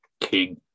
King